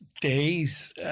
days